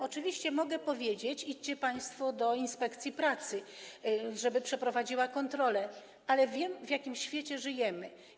Oczywiście mogę powiedzieć: idźcie państwo do inspekcji pracy, żeby przeprowadziła kontrolę, ale wiem, w jakim świecie żyjemy.